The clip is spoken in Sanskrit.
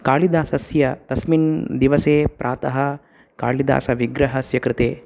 कालिदासस्य तस्मिन् दिवसे प्रातः कालिदासविग्रहस्य कृते